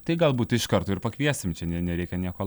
tai galbūt iš karto ir pakviesim čia ne nereikia nieko